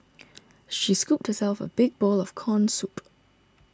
she scooped herself a big bowl of Corn Soup